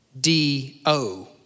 D-O